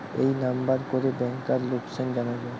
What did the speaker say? এই নাম্বার করে ব্যাংকার লোকাসান জানা যায়